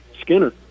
Skinner